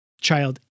child